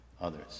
others